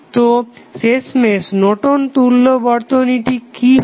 তো শেষমেশ নর্টন তুল্য Nortons equivalent বর্তনীটি কি হবে